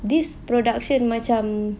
this production macam